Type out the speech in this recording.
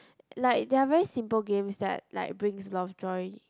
like they are very simple games that like brings a lot of joy